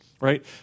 right